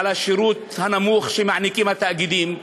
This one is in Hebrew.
על השירות הנמוך שמעניקים התאגידים,